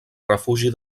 refugi